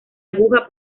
aguja